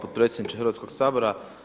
potpredsjedniče Hrvatskog sabora.